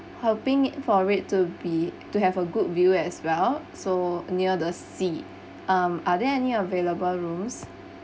hoping it for it to be to have a good view as well so near the sea um are there any available rooms